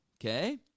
Okay